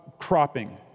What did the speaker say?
cropping